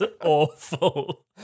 awful